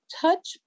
touch